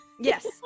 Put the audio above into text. Yes